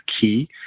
key